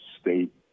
state